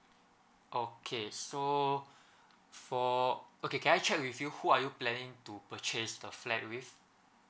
okay so for okay can I check with you who are you planning to purchase the flat with